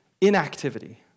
inactivity